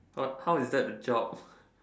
but how is that the job